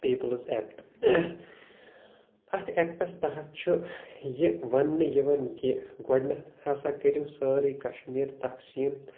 people's act اَتھ acts تحت چُھ یہِ وننہٕ یِوان کہ گۄڈٕنٮ۪تھ ہسا کٔرو سأرٕے کٔشیٖر تقسیٖم